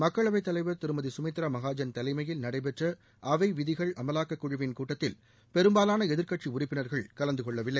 மக்களவைத் தலைவர் திருமதி கமித்ரா மகாஜன் தலைமையில் நடைபெற்ற அவை விதிகள் அமலாக்க குழுவின் கூட்டத்தில் பெரும்பாலான எதிர்க்கட்சி உறுப்பினர்கள் கலந்தகொள்ளவில்லை